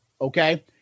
Okay